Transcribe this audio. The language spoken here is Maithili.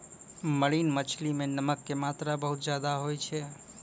मरीन मछली मॅ नमक के मात्रा बहुत ज्यादे होय छै